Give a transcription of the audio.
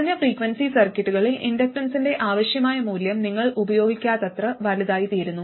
കുറഞ്ഞ ഫ്രീക്വൻസി സർക്യൂട്ടുകളിൽ ഇൻഡക്റ്റൻസിന്റെ ആവശ്യമായ മൂല്യം നിങ്ങൾ ഉപയോഗിക്കാത്തത്ര വലുതായിത്തീരുന്നു